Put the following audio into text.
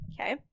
Okay